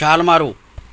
ਛਾਲ ਮਾਰੋ